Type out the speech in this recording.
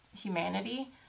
humanity